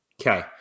Okay